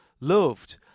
loved